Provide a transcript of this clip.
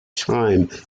time